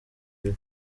kuri